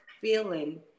feeling